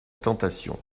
tentation